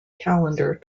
calendar